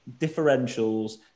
differentials